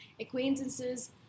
acquaintances